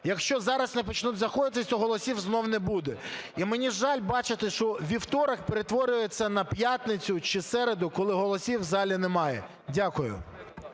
якщо зараз не почнуть заходити, то голосів знову не буде. І мені жаль бачити, що вівторок перетворюється на п'яницю чи середу, коли голосів в залі немає. Дякую.